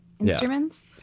instruments